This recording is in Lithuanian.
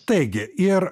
taigi ir